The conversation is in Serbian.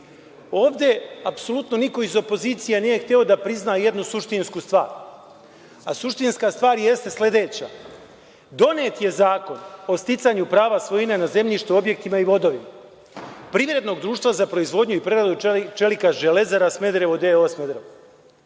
apsolutno niko iz opozicije nije hteo da prizna jednu suštinsku stvar, a suštinska stvar jeste sledeća – donet je Zakon o sticanju prava svojine na zemljištu, objektima i vodovima, privrednog društva za proizvodnju i preradu čelika „Železara Smederevo“ d.o.o. Smederevo.